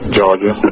Georgia